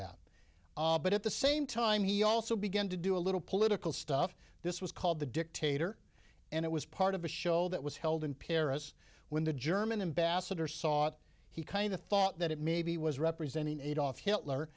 that but at the same time he also began to do a little political stuff this was called the dictator and it was part of a show that was held in paris when the german ambassador saw it he kind of thought that it maybe was representing adolf hitler